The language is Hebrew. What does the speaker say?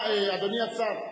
לאדוני השר.